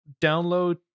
download